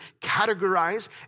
categorize